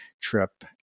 trip